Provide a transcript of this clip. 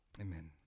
Amen